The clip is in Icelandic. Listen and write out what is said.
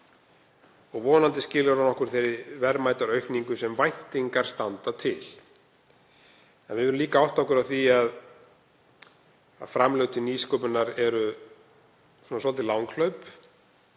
og vonandi skilar það okkur þeirri verðmætaaukningu sem væntingar standa til. En við verðum líka að átta okkur á því að framlög til nýsköpunar eru svolítið langhlaup